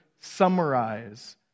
summarize